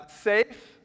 safe